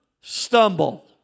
stumble